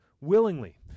willingly